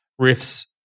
riffs